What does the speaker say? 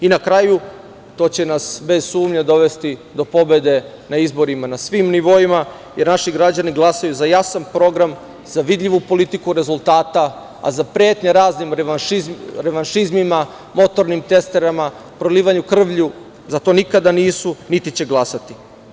I na kraju, to će nas bez sumnje dovesti do pobede na izborima na svim nivoima, jer naši građani glasaju za jasan program, za vidljivu politiku rezultata, a za pretnje raznim revanšizmima, motornim testerama, prolivanjem krvlju, za to nikada nisu, niti će glasati.